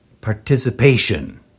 participation